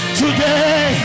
today